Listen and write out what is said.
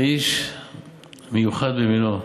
האיש מיוחד במינו.